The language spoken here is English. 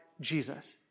Jesus